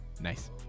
Nice